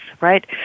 right